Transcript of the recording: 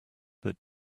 that